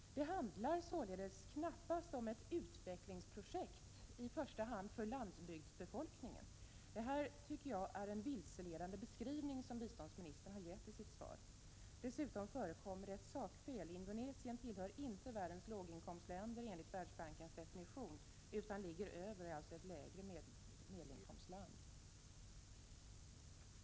Det handlar således knappast om ett utvecklingsprojekt för i första hand landsbygdsbefolkningen. Jag tycker att det är en vilseledande beskrivning som biståndsministern har gett i sitt svar. Dessutom förekommer ett sakfel. Indonesien tillhör inte världens låginkomstländer enligt Världsbankens definition, utan är ett medelinkomstland.